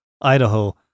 Idaho